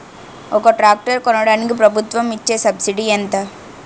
ఒక ట్రాక్టర్ కొనడానికి ప్రభుత్వం ఇచే సబ్సిడీ ఎంత?